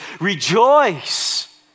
Rejoice